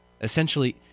Essentially